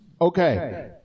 okay